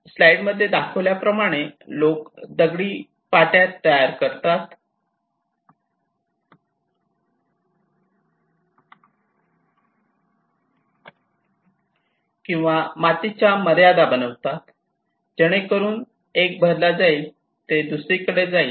slide मध्ये दाखविल्याप्रमाणे लोक दगडी पाट्या तयार करतात किंवा मातीच्या मर्यादा बनवतात जेणेकरून एक भरला जाईल आणि ते दुसऱ्याकडे जाईल